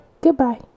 goodbye